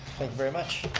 very much.